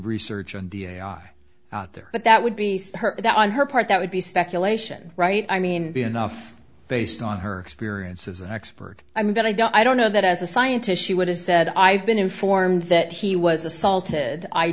research on d a i out there but that would be that on her part that would be speculation right i mean be enough based on her experience as an expert i mean that i don't i don't know that as a scientist she would have said i've been informed that he was assaulted i